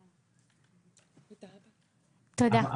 תודה.